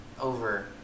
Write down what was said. over